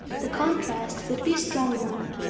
the contrast would be a strong one,